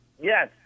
Yes